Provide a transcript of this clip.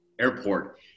airport